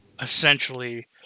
essentially